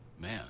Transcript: Man